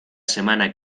semana